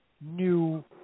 new